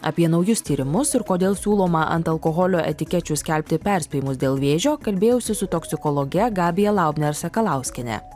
apie naujus tyrimus ir kodėl siūloma ant alkoholio etikečių skelbti perspėjimus dėl vėžio kalbėjausi su toksikologe gabija laubner sakalauskiene